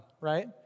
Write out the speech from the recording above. right